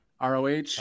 ROH